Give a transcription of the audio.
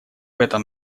этом